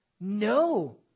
no